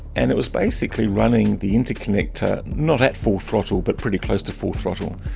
and it was basically running the interconnector, not at full throttle but pretty close to full throttle,